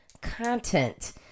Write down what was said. content